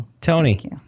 Tony